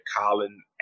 Colin